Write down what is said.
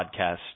podcast